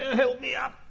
help me up,